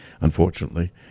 unfortunately